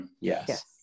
Yes